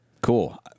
Cool